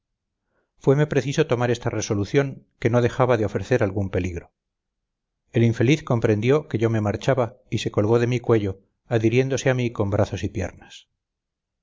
conmigo fueme preciso tomar esta resolución que no dejaba de ofrecer algún peligro el infeliz comprendió que yo me marchaba y se colgó de mi cuello adhiriéndose a mí con brazos y piernas